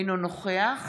אינו נוכח